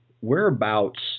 whereabouts